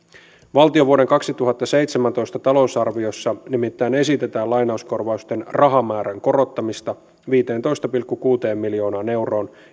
valtion vuoden kaksituhattaseitsemäntoista talousarviossa nimittäin esitetään lainauskorvausten rahamäärän korottamista viiteentoista pilkku kuuteen miljoonaan euroon